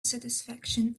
satisfaction